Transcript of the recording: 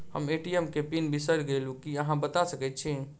हम ए.टी.एम केँ पिन बिसईर गेलू की अहाँ बता सकैत छी?